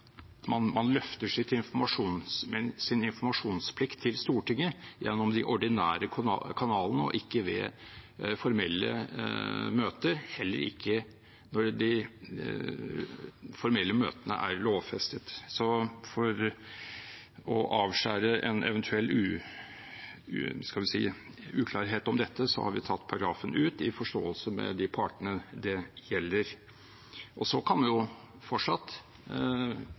løfter sin informasjonsplikt til Stortinget gjennom de ordinære kanalene, ikke ved formelle møter, heller ikke når de formelle møtene er lovfestet. For å avskjære en eventuell uklarhet om dette har vi tatt paragrafen ut i forståelse med de partene det gjelder. Så kan man jo fortsatt